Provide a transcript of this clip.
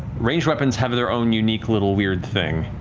ranged weapons have their own unique little weird thing.